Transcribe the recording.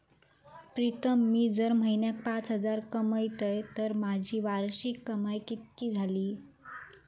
प्रीतम मी जर म्हयन्याक पाच हजार कमयतय तर माझी वार्षिक कमाय कितकी जाली?